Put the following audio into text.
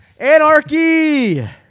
Anarchy